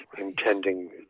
intending